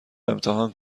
امتحان